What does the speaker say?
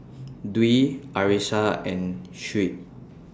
Dwi Arissa and Shuib